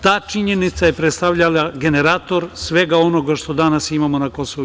Ta činjenica je predstavljala generator svega onoga što danas imamo na KiM.